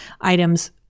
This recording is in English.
items